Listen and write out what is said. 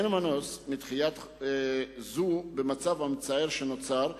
אין מנוס מדחייה זו במצב המצער שנוצר,